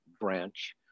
branch